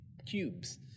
cubes